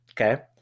Okay